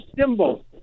symbol